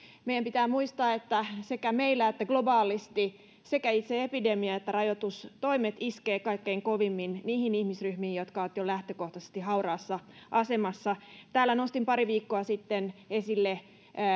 meidän pitää muistaa että sekä meillä että globaalisti sekä itse epidemia että rajoitustoimet iskevät kaikkein kovimmin niihin ihmisryhmiin jotka ovat jo lähtökohtaisesti hauraassa asemassa täällä nostin pari viikkoa sitten esille